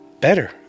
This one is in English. better